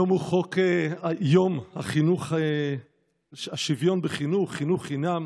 היום הוא יום השוויון בחינוך, חינוך חינם,